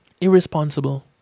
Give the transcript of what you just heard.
irresponsible